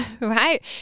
right